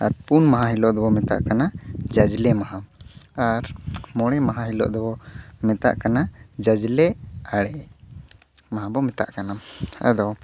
ᱟᱨ ᱯᱩᱱ ᱢᱟᱦᱟ ᱦᱤᱞᱳᱜ ᱫᱚᱵᱚ ᱢᱮᱛᱟᱜ ᱠᱟᱱᱟ ᱡᱟᱡᱽᱞᱮ ᱢᱟᱦᱟ ᱟᱨ ᱢᱚᱬᱮ ᱢᱟᱦᱟ ᱦᱤᱞᱳ ᱫᱚᱵᱚ ᱢᱟᱛᱟᱜ ᱠᱟᱱᱟ ᱡᱟᱡᱽᱞᱮ ᱟᱲᱮ ᱢᱟᱦᱟ ᱵᱚ ᱢᱮᱛᱟᱜ ᱠᱟᱱᱟ ᱟᱫᱚ